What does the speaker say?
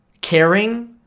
caring